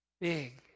big